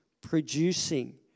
producing